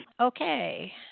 Okay